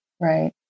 right